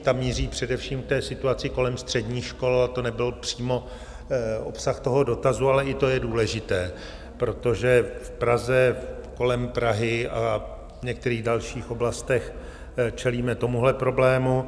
Ta míří především k situaci kolem středních škol, a to nebyl přímo obsah toho dotazu, ale i to je důležité, protože v Praze, kolem Prahy a v některých dalších oblastech čelíme tomuhle problému.